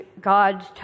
God's